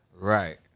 Right